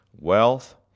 wealth